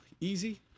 easy